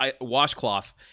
washcloth